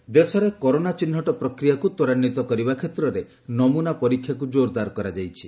corona ନମୁନା ପରୀକ୍ଷା ଦେଶରେ କରୋନା ଚିହ୍ନଟ ପ୍ରକ୍ରିୟାକୁ ତ୍ୱରାନ୍ୱିତ କରିବା କ୍ଷେତ୍ରରେ ନମୁନା ପରୀକ୍ଷାକୁ ଜୋରଦାର କରାଯାଇଛି